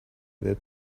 that